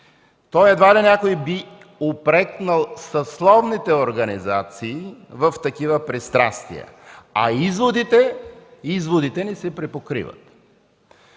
то едва ли някой би упрекнал съсловните организации в такива пристрастия, а изводите ни се препокриват.